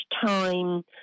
time